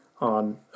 on